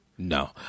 No